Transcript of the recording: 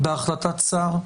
בהחלטת שר?